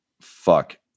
fuck